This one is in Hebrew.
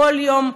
כל יום,